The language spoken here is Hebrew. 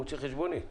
מוציא חשבונית.